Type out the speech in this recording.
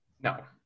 No